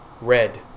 Red